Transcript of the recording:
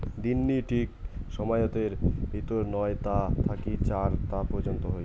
দিননি ঠিক সময়তের ভিতর নয় তা থাকি চার তা পর্যন্ত হই